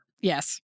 Yes